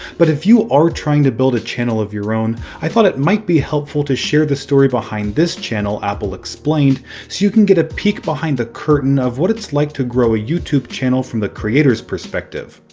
but if you are trying to build a channel of your own, i thought it might be helpful to share the story behind this channel, apple explained, so you can get a peek behind the curtain of what it's like to grow a youtube channel from the creators perspective.